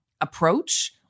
approach